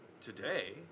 today